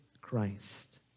Christ